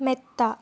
മെത്ത